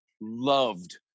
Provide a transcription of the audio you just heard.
loved